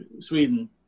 Sweden